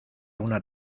una